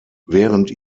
während